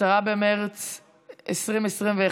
10 במרץ 2021,